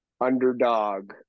underdog